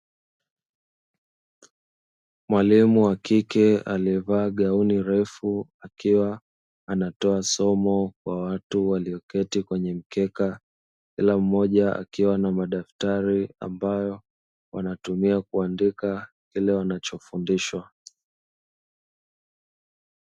Mwalimu wa kike aliyevaa gauni ndefu akiwa anatoa somo kwa watu walioketi kwenye mkeka, kila mmoja akiwa na madaftari ambayo wanatumia kuandika kile wanachofundishwa.